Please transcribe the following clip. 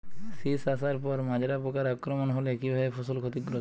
শীষ আসার পর মাজরা পোকার আক্রমণ হলে কী ভাবে ফসল ক্ষতিগ্রস্ত?